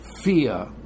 fear